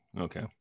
Okay